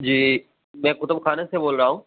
جی میں کتب خانے سے بول رہا ہوں